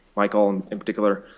michael in particular,